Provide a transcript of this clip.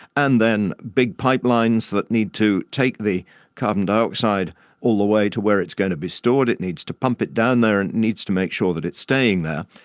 and then big pipelines that need to take the carbon dioxide all the way to where it's going to be stored. it needs to pump it down there. it and needs to make sure that it's staying there.